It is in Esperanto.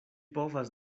povas